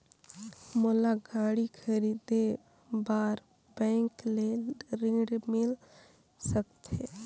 मोला गाड़ी खरीदे बार बैंक ले ऋण मिल सकथे?